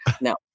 No